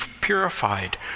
purified